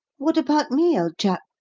what about me, old chap?